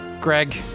Greg